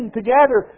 together